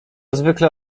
zwykle